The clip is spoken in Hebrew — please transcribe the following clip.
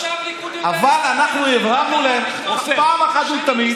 אבל אנחנו הבהרנו להם פעם אחת ולתמיד